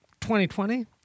2020